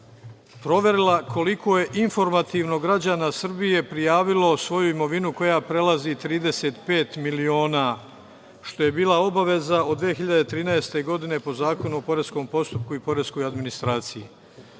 proverila koliko je informativno građana Srbije prijavilo svoju imovinu koja prelazi 35 miliona, što je bila obaveza od 2013. godine po Zakonu o poreskom postupku i poreskoj administraciji.